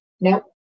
Nope